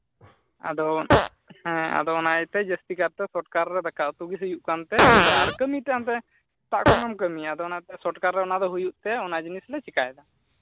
ᱟᱫᱚ ᱦᱮᱸ ᱟᱫᱚ ᱚᱱᱟ ᱤᱭᱟᱹᱛᱮ ᱡᱟᱹᱥᱛᱤ ᱠᱟᱨ ᱛᱮ ᱥᱚᱴᱠᱟᱨ ᱨᱮ ᱫᱟᱠᱟ ᱩᱛᱩ ᱦᱩᱭᱩᱜ ᱠᱟᱱᱛᱮ ᱵᱚᱞᱮ ᱟᱨ ᱠᱟᱹᱢᱤ ᱴᱟᱭᱤᱢ ᱛᱮ ᱥᱮᱛᱟᱜ ᱠᱷᱚᱱᱮᱢ ᱠᱟᱹᱢᱤᱭᱟ ᱟᱫᱚ ᱚᱱᱟᱛᱮ ᱥᱚᱴᱠᱟᱨ ᱨᱮ ᱚᱱᱟ ᱫᱚ ᱦᱩᱭᱩᱜᱛᱮ ᱚᱱᱟ ᱡᱤᱱᱤᱥ ᱞᱮ ᱪᱮᱠᱟᱭᱫᱟ